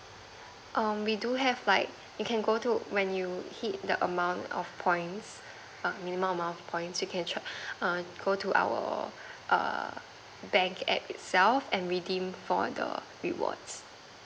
um we do have like you can go to when you hit the amount of points err minimum amount of points you can trav~ err go to our err bank app itself and redeem for the rewards